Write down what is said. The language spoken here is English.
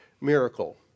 miracle